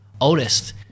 Oldest